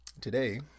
today